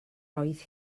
oedd